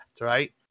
right